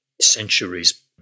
centuries